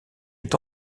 est